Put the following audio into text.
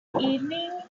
evening